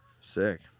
Sick